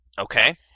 Okay